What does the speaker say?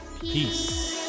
peace